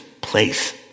place